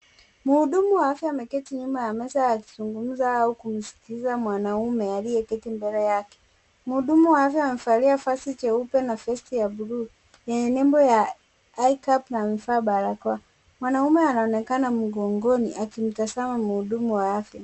Mhudumu wa afya ameketi nyuma ya meza akizungumza au kumsikiza mwanaume aliyeketi mbele yake. Mhudumu wa afya amevalia vazi jeupe na vesti ya bluu lenye nembo ya ICAP na amevaa barakoa. Mwanaume anaonekana mgongoni akimtazama mhudumu wa afya.